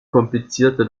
komplizierter